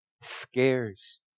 scares